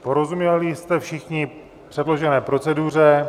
Porozuměli jste všichni předložené proceduře.